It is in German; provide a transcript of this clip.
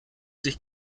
sich